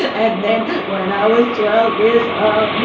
ah and then when i was twelve years ah